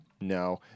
No